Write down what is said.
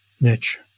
niche